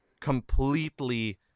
completely